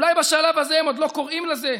אולי בשלב הזה הם עוד לא קוראים לזה,